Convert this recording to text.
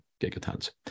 gigatons